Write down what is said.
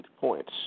points